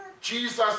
Jesus